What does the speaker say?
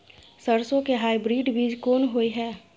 सरसो के हाइब्रिड बीज कोन होय है?